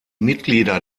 mitglieder